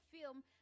film